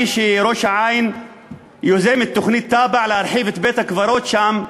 שראש-העין יוזמת תב"ע להרחבת בית-הקברות שם.